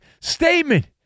statement